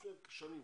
לפני שנים,